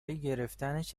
گرفتنش